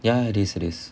ya it is it is